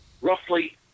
Roughly